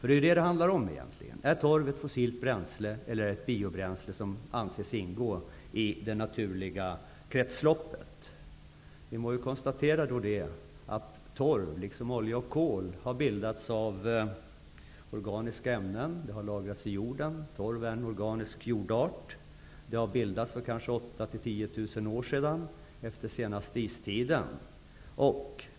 Det handlar om just det. Är torv ett fossilt bränsle eller ett biobränsle som anses ingå i det naturliga kretsloppet? Vi må konstatera att torv liksom olja och kol har bildats av organiska ämnen. Det har lagrats i jorden. Torv är en organisk jordart. Det har bildats för kanske 8 000--10 000 år sedan, efter den senaste istiden.